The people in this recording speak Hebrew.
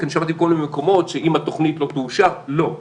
כי אני שמעתי בכל מיני מקומות שאם התוכנית לא תאושר לא,